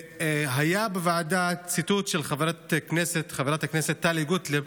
והיה בוועדה ציטוט של חברת הכנסת טלי גוטליב,